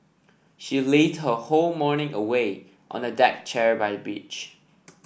she lazed her whole morning away on a deck chair by the beach